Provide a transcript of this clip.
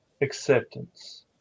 acceptance